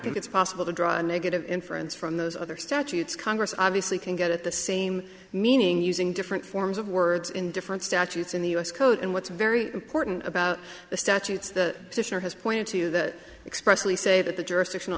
think it's possible to draw a negative inference from those other statutes congress obviously can get at the same meaning using different forms of words in different statutes in the us code and what's very important about the statutes the sister has pointed to that expressly say that the jurisdiction